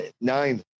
nine